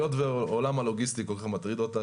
היות והעולם הלוגיסטי כל כך מטריד אותך,